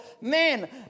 man